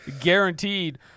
Guaranteed